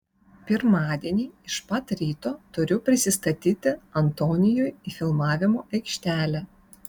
pirmadienį iš pat ryto turiu prisistatyti antonijui į filmavimo aikštelę